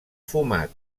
fumat